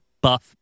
Buff